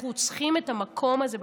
אנחנו צריכים את המקום הזה בכלא.